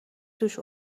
توش